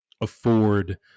afford